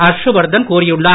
ஹர்ஷ்வர்தன் கூறியுள்ளார்